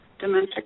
dementia